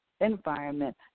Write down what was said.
environment